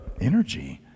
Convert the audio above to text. energy